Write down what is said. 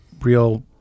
real